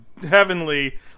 heavenly